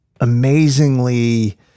amazingly